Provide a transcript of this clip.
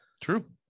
True